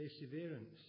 perseverance